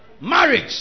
Marriage